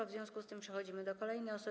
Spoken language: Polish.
W związku z tym przechodzimy do kolejnej osoby.